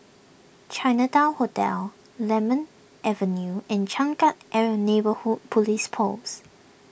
Chinatown Hotel Lemon Avenue and Changkat ever Neighbourhood Police Post